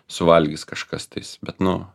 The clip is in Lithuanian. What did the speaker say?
suvalgys kažkas tais bet nu